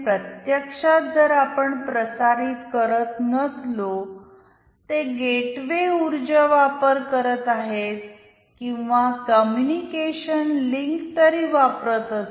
प्रत्यक्षात जर आपण प्रसारित करीत नसलो ते गेटवे उर्जवापर करीत आहेत किन्वा कम्युनिकेशन लिंक तरी वापरत असू